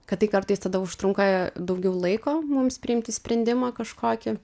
kad tai kartais tada užtrunka daugiau laiko mums priimti sprendimą kažkokį